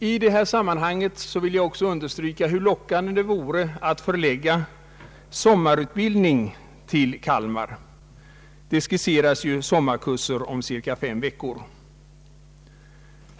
I detta sammanhang vill jag också understryka hur lockandet det vore att förlägga sommarutbildning till Kalmar. Det skisseras ju sommarkurser om cirka fem veckor.